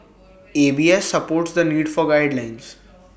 A B S supports the need for guidelines